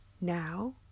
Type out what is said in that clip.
now